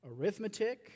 arithmetic